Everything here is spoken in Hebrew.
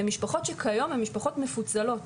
הן משפחות שכיום הן משפחות מפוצלות.